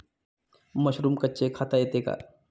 Mushroom कच्चे खाता येते का?